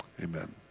Amen